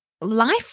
life